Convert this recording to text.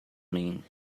mean